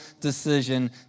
decision